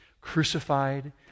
crucified